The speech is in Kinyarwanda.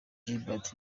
gilbert